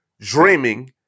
dreaming